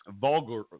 vulgar